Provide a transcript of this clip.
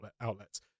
outlets